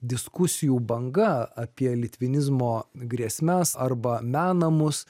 diskusijų banga apie litvinizmo grėsmes arba menamus